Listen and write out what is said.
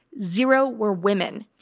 zero were women.